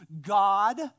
God